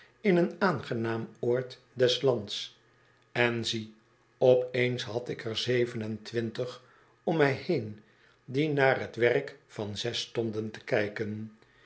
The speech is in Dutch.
in een aangenaam oord des lands en zie op eens had ik er zeven en twintig om mij heen dienaar t werk van zes stonden te kijken